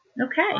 Okay